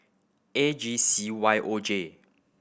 A G C Y O J